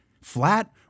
flat